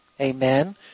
Amen